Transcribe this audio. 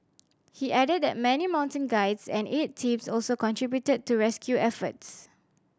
he added that many mountain guides and aid teams also contributed to rescue efforts